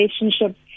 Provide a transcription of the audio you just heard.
relationships